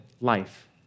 life